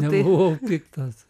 nebuvau piktas